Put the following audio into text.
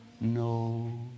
no